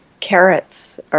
carrots